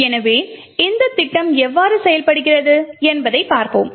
எனவே இந்த திட்டம் எவ்வாறு செயல்படுகிறது என்பதைப் பார்ப்போம்